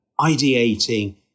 ideating